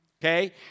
okay